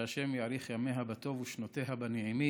שה' יאריך ימיה בטוב ושנותיה בנעימים